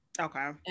okay